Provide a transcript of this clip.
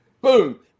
boom